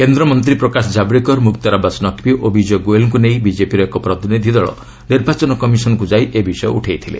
କେନ୍ଦ୍ରମନ୍ତ୍ରୀ ପ୍ରକାଶ ଜାବ୍ଡେକର୍ ମୁକ୍ତାର ଆବାସ୍ ନକ୍ବି ଓ ବିଜୟ ଗୋୟଲ୍ଙ୍କୁ ନେଇ ବିକେପିର ଏକ ପ୍ରତିନିଧି ଦଳ ନିର୍ବାଚନ କମିଶନ୍କୁ ଯାଇ ଏ ବିଷୟ ଉଠାଇଥିଲେ